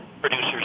producers